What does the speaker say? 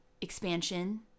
expansion